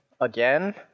Again